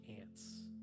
ants